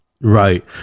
right